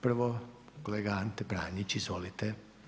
Prvo kolega Ante Pranić, izvolite.